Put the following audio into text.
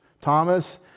Thomas